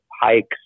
hikes